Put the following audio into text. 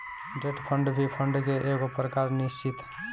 debt fund भी fund के एगो प्रकार निश्चित